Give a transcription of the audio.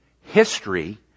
history